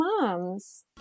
moms